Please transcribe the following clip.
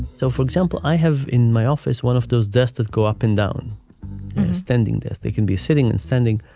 so, for example, i have in my office one of those deaths that go up and down spending this. they can be sitting in spending.